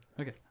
Okay